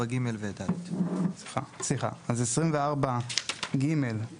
סליחה, אז 24(ג) ו-(ד),